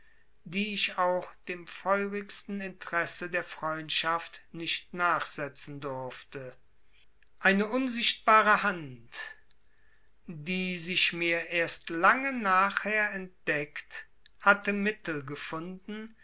die ich auch dem feurigsten interesse der freundschaft nicht nachsetzen durfte eine unsichtbare hand die sich mir erst lange nachher entdeckt hatte mittel gebunden